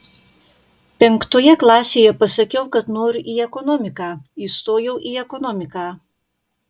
penktoje klasėje pasakiau kad noriu į ekonomiką įstojau į ekonomiką